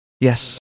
Yes